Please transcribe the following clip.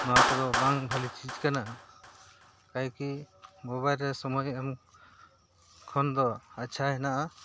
ᱱᱚᱣᱟ ᱠᱚᱫᱚ ᱵᱟᱝ ᱵᱷᱟᱹᱞᱤ ᱪᱤᱡᱽ ᱠᱟᱱᱟ ᱠᱟᱭᱠᱤ ᱢᱚᱵᱟᱭᱤᱞ ᱨᱮ ᱥᱚᱢᱚᱭ ᱮᱢ ᱠᱷᱚᱱ ᱫᱚ ᱟᱪᱪᱷᱟ ᱦᱮᱱᱟᱜᱼᱟ